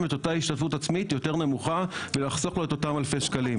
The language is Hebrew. את אותה השתתפות עצמית יותר נמוכה ולחסוך לו את אותם אלפי שקלים.